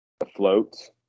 afloat